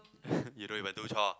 you don't even do chore